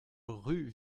rue